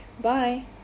bye